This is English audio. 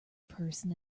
person